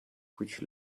which